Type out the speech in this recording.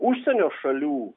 užsienio šalių